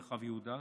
מרחב יהודה,